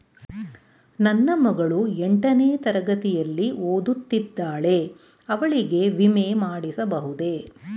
ನನ್ನ ಮಗಳು ಎಂಟನೇ ತರಗತಿಯಲ್ಲಿ ಓದುತ್ತಿದ್ದಾಳೆ ಅವಳಿಗೆ ವಿಮೆ ಮಾಡಿಸಬಹುದೇ?